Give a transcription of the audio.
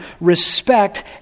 respect